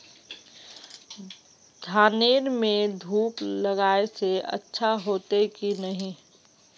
धानेर में धूप लगाए से अच्छा होते की नहीं?